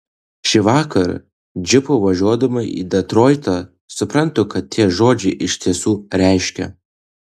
šįvakar džipu važiuodama į detroitą suprantu ką tie žodžiai iš tiesų reiškia